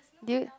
due